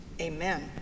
Amen